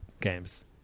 games